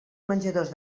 menjadors